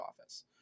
office